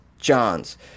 Johns